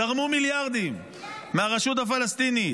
זרמו מיליארדים מהרשות הפלסטינית,